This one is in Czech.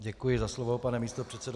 Děkuji za slovo, pane místopředsedo.